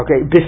Okay